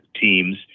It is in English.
teams